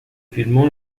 filmó